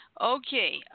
Okay